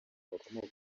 bakomoka